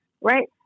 right